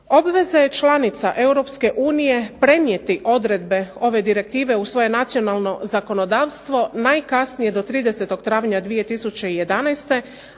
Obveze članica Europske unije prenijeti odredbe ove direktive u svoje nacionalno zakonodavstvo najkasnije do 30. travnja 2011.